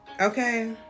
Okay